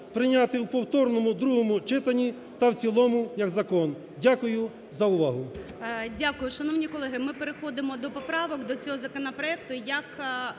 прийняти в повторному другому читанні та в цілому як закон. Дякую за увагу.